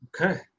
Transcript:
Okay